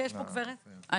אני